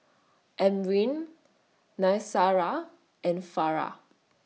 Amrin Qaisara and Farah